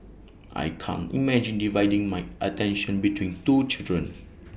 I can't imagine dividing my attention between two children